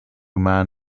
man